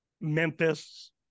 Memphis